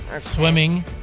Swimming